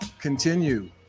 Continue